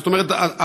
זאת אומרת,